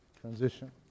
Transition